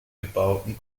gebauten